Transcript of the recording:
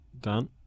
Done